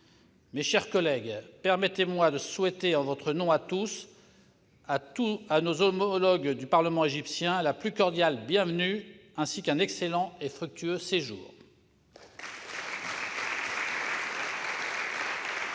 Mes chers collègues, permettez-moi de souhaiter, en votre nom à tous, à nos homologues du Parlement égyptien, la plus cordiale bienvenue, ainsi qu'un excellent et fructueux séjour.